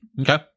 Okay